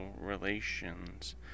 relations